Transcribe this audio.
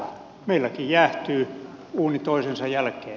meilläkin jäähtyy uuni toisensa jälkeen